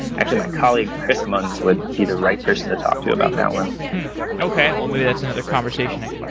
and actually, my colleague chrismon would be the right person to talk to about that one okay. well, maybe that's another conversation i can